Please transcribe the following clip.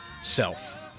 self